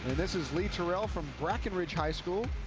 this is lee terrell from brackenridge high school.